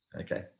Okay